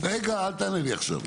רגע אל תענה לי עכשיו.